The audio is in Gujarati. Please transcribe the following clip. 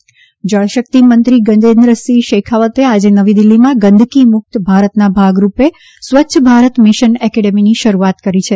શેખાવત સ્વચ્છ ભારત જળ શક્તિ મંત્રી ગજેન્દ્રસિંહ શેખાવતે આજે નવી દિલ્હીમાં ગંદકી મુક્ત ભારતના ભાગ રૂપે સ્વચ્છ ભારત મિશન એકેડેમીની શરૂઆત કરી છે